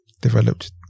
developed